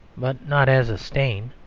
but not as a stain.